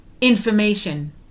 information